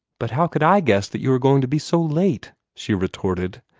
but how could i guess that you were going to be so late, she retorted.